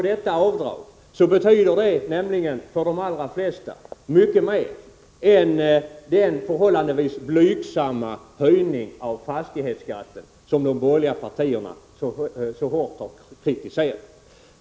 Detta avdrag betyder nämligen för de flesta mycket mer än den förhållandevis blygsamma höjning av fastighetsskatten som de borgerliga partierna så hårt har kritiserat.